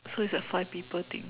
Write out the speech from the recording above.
so it's a five people thing